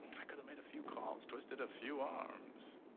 i could've made a few calls. twisted a few arms.